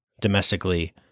domestically